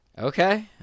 Okay